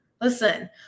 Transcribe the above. Listen